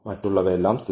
മറ്റുള്ളവയെല്ലാം 0